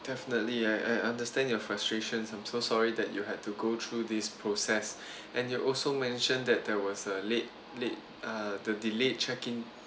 definitely I I understand your frustrations I'm so sorry that you had to go through this process and you're also mentioned that there was a late late uh the delayed check in